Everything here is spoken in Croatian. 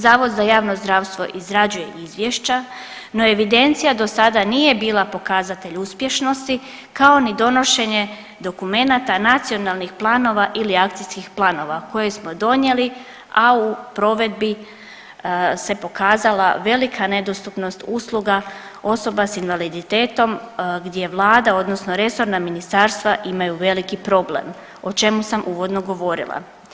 Zavod za javno zdravstvo izrađuje izvješća, no evidencija do sada nije bila pokazatelj uspješnosti, kao ni donošenje dokumenata, nacionalnih planova ili akcijskih planova, koje smo donijeli, a u provedbi se pokazala velika nedostupnost usluga osoba s invaliditetom gdje Vlada odnosno resorna ministarstva imaju veliki problem, o čemu sam uvodno govorila.